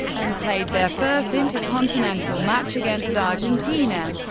and played their first intercontinental match, against argentina.